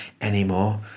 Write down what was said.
anymore